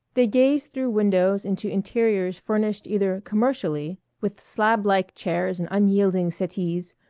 they gazed through windows into interiors furnished either commercially with slab-like chairs and unyielding settees,